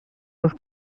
uns